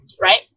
right